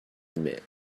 admit